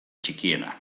txikiena